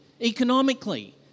economically